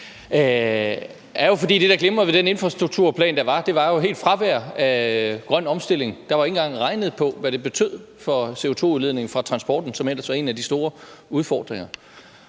det er jo, fordi det, der glimrede ved sit fravær i den infrastrukturplan, var grøn omstilling. Der var ikke engang regnet på, hvad det betød for CO2-udledningen fra transporten, som ellers er en af de store udfordringer.